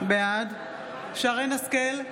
בעד שרן מרים השכל,